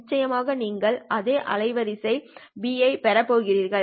நிச்சயமாக நீங்கள் அதே அலைவரிசை B ஐப் பெறப் போகிறீர்கள்